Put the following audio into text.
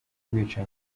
bwicanyi